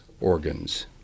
Organs